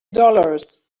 dollars